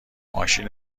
ماشین